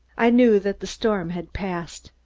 i knew that the storm had passed.